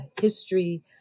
history